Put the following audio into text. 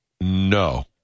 No